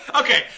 Okay